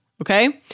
Okay